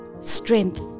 strength